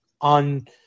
on